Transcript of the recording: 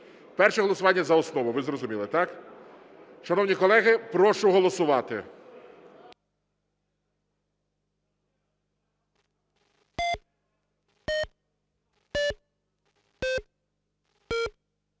Перше голосування за основу, ви зрозуміли, так? Шановні колеги, прошу голосувати.